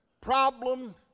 problem